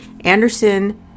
Anderson